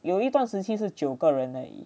有一段时期是九个人而已